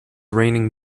raining